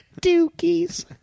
dookies